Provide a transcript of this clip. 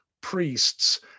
priests